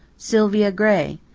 sylvia gray,